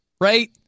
Right